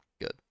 Good